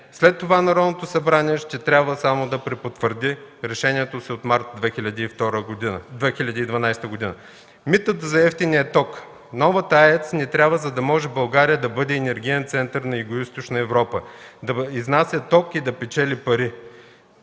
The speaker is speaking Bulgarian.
След това Народното събрание ще трябва само да препотвърди решението си от март 2012 г. Митът за евтиния ток, „Новата АЕЦ ни трябва, за да може България да бъде енергиен център на Югоизточна Европа”, да изнася ток и да печели пари